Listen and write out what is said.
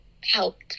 helped